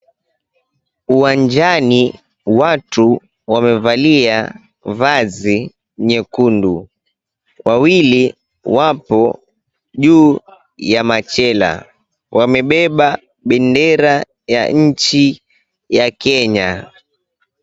Uwanjani watu wamevalia vazi nyekundu. Wawili wapo juu ya machela. Wamebeba bendera ya nchi ya Kenya.